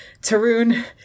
Tarun